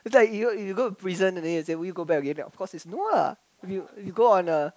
it's like you know go and present then say will you go back again then of course is no lah if you if you go on a